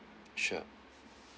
sure